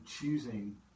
choosing